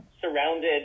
surrounded